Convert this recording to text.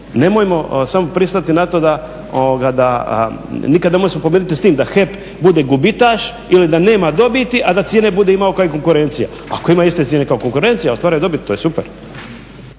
nemojmo samo pristati na to da nikada nemojmo se pomiriti sa time da HEP bude gubitaš ili da nema dobiti a da cijene bude imao kao i konkurencija. Ako imaju iste cijene kao konkurencija ostvaruje dobit, to je super.